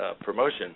promotion